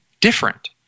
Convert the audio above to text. different